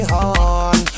on